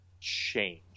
change